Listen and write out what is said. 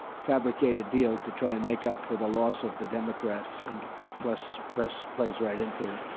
fabricated deal to try and make up for the loss of the democrats, and the press press plays right into it.